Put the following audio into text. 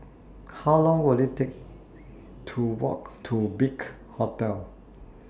How Long Will IT Take to Walk to Big Hotel